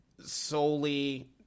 solely